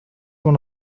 one